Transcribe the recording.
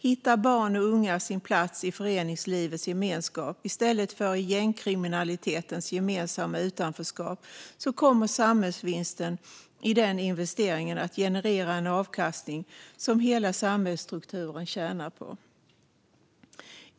Hittar barn och unga sin plats i föreningslivets gemenskap i stället för i gängkriminalitetens gemensamma utanförskap, fru talman, kommer samhällsvinsten i den investeringen att generera en avkastning som hela samhällsstrukturen tjänar på.